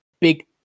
big